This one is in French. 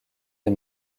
des